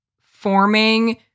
forming